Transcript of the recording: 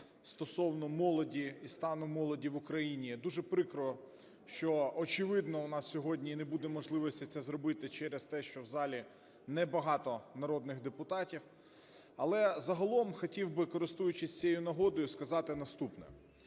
стосовно молоді і стану молоді в Україні. Дуже прикро, що, очевидно, у нас сьогодні не буде можливості це зробити через те, що в залі небагато народних депутатів, але загалом хотів би, користуючись цією нагодою, сказати наступне.